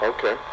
Okay